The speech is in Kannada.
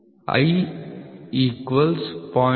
i 0